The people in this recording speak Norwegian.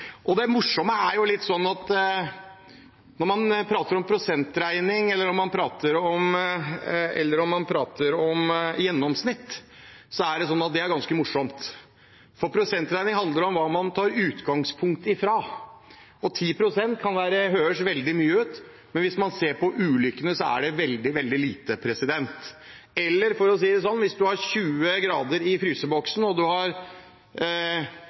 Når man prater om prosentregning eller om gjennomsnitt, er det ganske morsomt, for prosentregning handler om hva man tar utgangspunkt i. 10 pst. kan høres veldig mye ut, men hvis man ser på ulykkene, er det veldig lite. Eller for å si det sånn: Hvis man har 20 grader i fryseboksen og